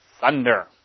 thunder